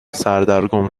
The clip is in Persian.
سردرگم